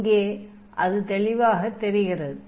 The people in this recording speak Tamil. இங்கே அது தெளிவாகத் தெரிகிறது